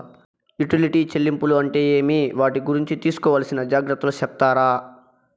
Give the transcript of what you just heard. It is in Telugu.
యుటిలిటీ చెల్లింపులు అంటే ఏమి? వాటి గురించి తీసుకోవాల్సిన జాగ్రత్తలు సెప్తారా?